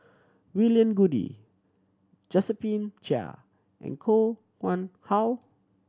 William Goode Josephine Chia and Koh Nguang How